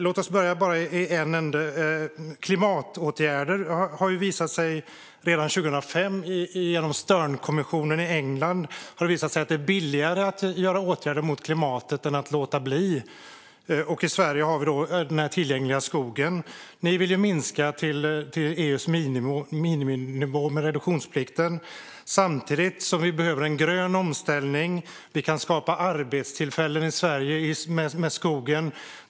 Låt mig börja i en ände. När det gäller klimatåtgärder har det redan 2005 genom Sternkommissionen i England visat sig vara billigare att vidta åtgärder mot klimatet än att låta bli. I Sverige har vi den tillgängliga skogen. Ni vill minska reduktionsplikten till EU:s miniminivå, samtidigt som vi behöver en grön omställning. Vi kan skapa arbetstillfällen i Sverige med skogen.